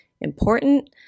important